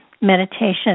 meditation